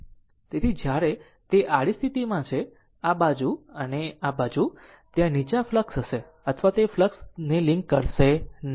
તેથી જ્યારે તે આડી સ્થિતિ છે આ બાજુ અને આ બાજુ ત્યાં નીચા ફ્લક્ષ હશે અથવા તે ફ્લક્ષ ને લીક કરશે નહીં